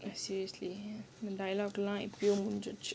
I seriously dialogue lah எப்போவோ முடிஞ்சிடுச்சு:epovo mudinjiduchu